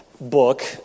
book